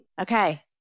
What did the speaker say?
Okay